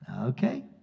Okay